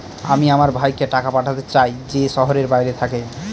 আমি আমার ভাইকে টাকা পাঠাতে চাই যে শহরের বাইরে থাকে